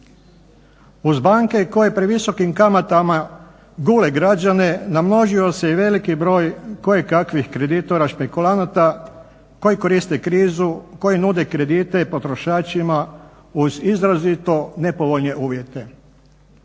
Uz banke koje previsokim kamatama gule građane namnožio se i veliki broj kojekakvih kreditora špekulanata koji koriste krizu koji nude kredite i potrošačima uz izrazito nepovoljne uvjete.